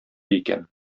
икән